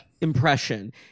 impression